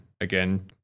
again